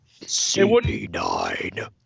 CP9